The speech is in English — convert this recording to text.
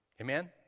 Amen